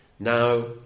now